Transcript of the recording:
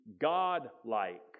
god-like